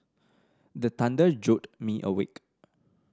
the thunder jolt me awake